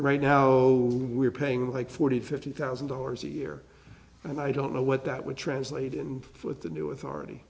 right now so we're paying like forty fifty thousand dollars a year and i don't know what that would translate in with the new authority